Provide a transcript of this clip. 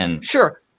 Sure